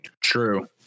True